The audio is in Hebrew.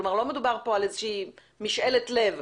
כלומר לא מדובר פה על איזה שהיא משאלת לב,